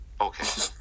okay